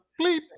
bleep